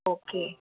okay